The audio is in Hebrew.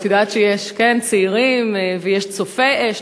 ואת יודעת שיש צעירים ויש צופי אש.